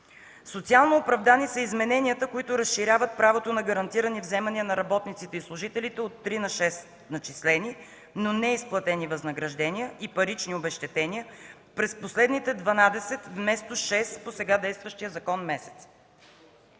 Социално оправдани са измененията, които разширяват правото на гарантирани вземания на работниците и служителите от 3 на 6 начислени, но неизплатени възнаграждения и парични обезщетения през последните дванадесет (вместо шест по сега действащия закон) месеца.